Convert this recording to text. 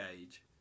age